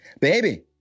Baby